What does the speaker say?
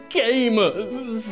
gamers